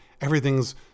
everything's